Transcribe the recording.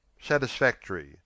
Satisfactory